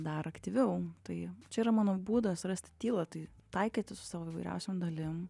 dar aktyviau tai čia yra mano būdas rasti tylą tai taikytis su savo įvairiausiom dalim